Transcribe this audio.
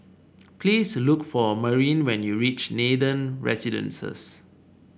please look for Marin when you reach Nathan Residences